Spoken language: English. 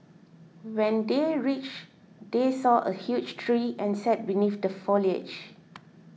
when they reached they saw a huge tree and sat beneath the foliage